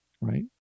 right